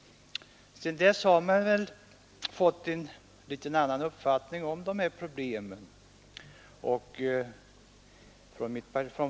Sedan dess har väl uppfattningarna ändrats om de här problemen.